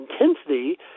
intensity